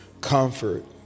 comfort